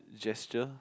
gesture